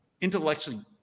intellectually